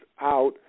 out